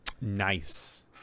Nice